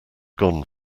gone